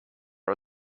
are